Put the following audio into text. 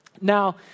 Now